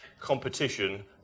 competition